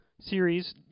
series